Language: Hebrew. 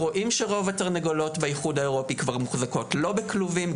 רוב התרנגולות באיחוד האירופי מוחזקות לא בכלובים,